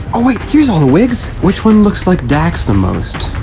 oh, wait, here's all the wigs! which one looks like dax the most?